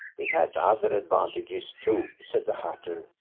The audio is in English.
it has other advantages, too, said the hatter,